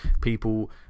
people